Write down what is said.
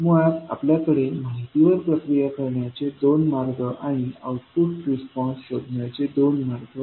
मुळात आपल्याकडे माहितीवर प्रक्रिया करण्याचे दोन मार्ग आणि आउटपुट रिस्पॉन्स शोधण्याचे दोन मार्ग आहे